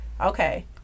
Okay